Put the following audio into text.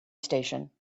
station